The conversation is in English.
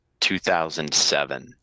2007